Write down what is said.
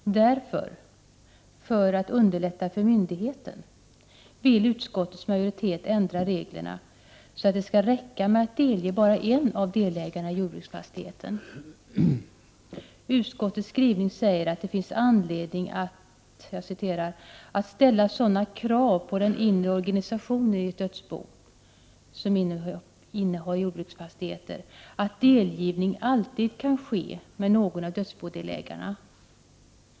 Därför — alltså för att underlätta för myndigheten — vill utskottets majoritet ändra reglerna så, att det räcker med att delge bara en av delägarna i en jordbruksfastighet. Utskottet säger ”att det finns anledning att ställa sådana krav på den inre organisationen i dödsbon som innehar jordbruksfastigheter att delgivning alltid kan ske med någon av dödsbodelägarna.